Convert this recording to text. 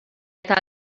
eta